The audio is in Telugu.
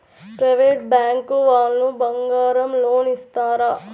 ప్రైవేట్ బ్యాంకు వాళ్ళు బంగారం లోన్ ఇస్తారా?